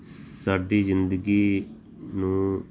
ਸਾਡੀ ਜ਼ਿੰਦਗੀ ਨੂੰ